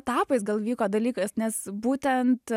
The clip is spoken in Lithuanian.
etapais gal vyko dalykas nes būtent